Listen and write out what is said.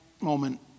moment